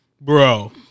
Bro